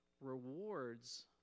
rewards